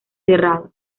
cerrado